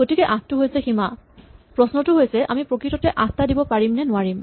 গতিকে আঠটো হৈছে সীমা প্ৰশ্নটো হৈছে যে আমি প্ৰকৃততে আঠটা দিব পাৰিমনে নোৱাৰিম